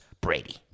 Brady